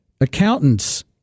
accountants